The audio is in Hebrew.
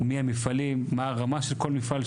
מי המפעלים, מה הרמה של כל מפעל.